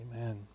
Amen